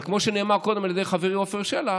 אבל כמו שנאמר קודם על ידי חברי עפר שלח,